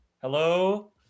Hello